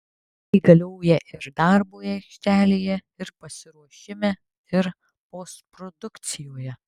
tai galioja ir darbui aikštelėje ir pasiruošime ir postprodukcijoje